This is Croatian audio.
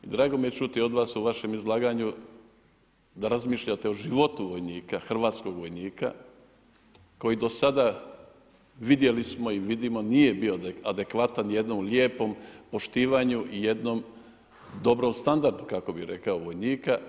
I drago mi je čuti od vas u vašem izlaganju da razmišljate o životu vojnika, hrvatskog vojnika koji do sada vidjeli smo i vidimo nije bio adekvatan jednom lijepom poštivanju i jednom dobrom standardu kako bi rekao vojnika.